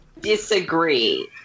disagree